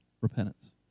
repentance